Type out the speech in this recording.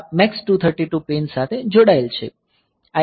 તો આ 8051 આ MAX232 પિન સાથે જોડાયેલ છે